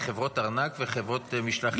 אלה חברות ארנק וחברות משלח יד.